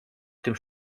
tym